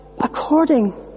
according